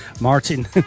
Martin